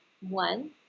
one